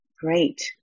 Great